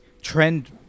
trend